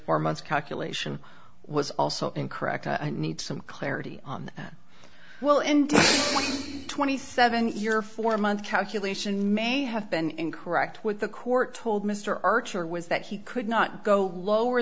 four months calculation was also incorrect i need some clarity on the well and twenty seven your four month calculation may have been incorrect with the court told mr archer was that he could not go lower